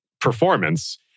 performance